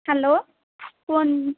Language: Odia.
ହ୍ୟାଲୋ କୁହନ୍